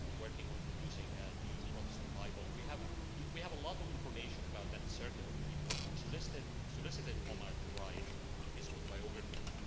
working on producing a and new protestant bible. we have yeah we have a lot of information about that circuit of people who solicited solicited omar to write his autobiography.